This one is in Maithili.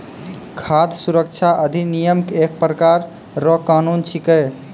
खाद सुरक्षा अधिनियम एक प्रकार रो कानून छिकै